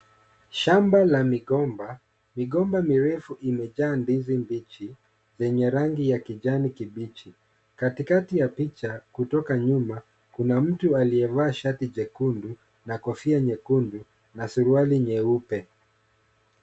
Shamba la Migomba, migomba mirefu imejaa ndizi mbichi, zenye rangi ya kijani kibichi, katikati ya picha kutoka nyuma, kuna mtu aliyevaa shati jekundu na kofia nyekundu na suruali nyeupe.